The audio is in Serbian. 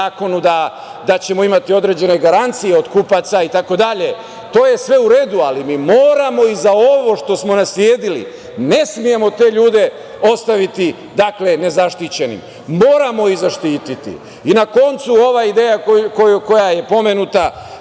da ćemo imati određene garancije od kupaca i tako dalje, to je sve u redu, ali mi moramo i za ovo što smo nasledili, ne smemo te ljude ostaviti nezaštićenim. Moramo ih zaštititi. I na kraju, ova ideja koja je pomenuta,